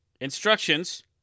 instructions